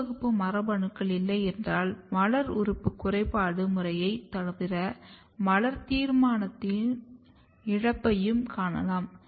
C வகுப்பு மரபணுக்கள் இல்லையென்றால் மலர் உறுப்பு குறைபாடு முறையைத் தவிர மலர் தீர்மானத்தின் இழப்பையும் காணலாம்